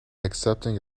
accepting